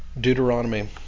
Deuteronomy